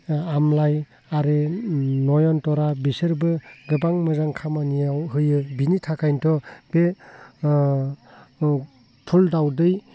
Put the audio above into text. आमलाइ आरो नयनतरा बिसोरबो गोबां मोजां खामानियाव होयो बिनि थाखायनोथ' बे फुल दावदै